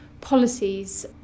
policies